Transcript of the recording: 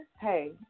hey